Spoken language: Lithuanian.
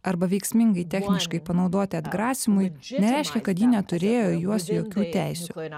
arba veiksmingai techniškai panaudoti atgrasymui nereiškia kad ji neturėjo į juos jokių teisių